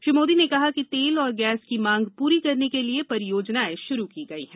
श्री मोदी ने कहा कि तेल और गैस की मांग पूरी करने के लिए परियोजनाएं शुरू की गई हैं